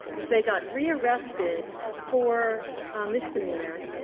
if they got rearrested for a misdemeanor,